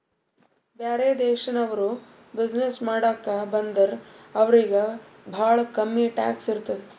ಬ್ಯಾರೆ ದೇಶನವ್ರು ಬಿಸಿನ್ನೆಸ್ ಮಾಡಾಕ ಬಂದುರ್ ಅವ್ರಿಗ ಭಾಳ ಕಮ್ಮಿ ಟ್ಯಾಕ್ಸ್ ಇರ್ತುದ್